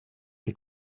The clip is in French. est